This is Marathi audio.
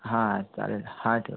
हा चालेल हा ठेव